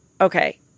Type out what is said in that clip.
Okay